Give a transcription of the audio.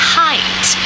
height